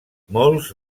molts